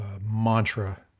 mantra